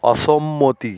অসম্মতি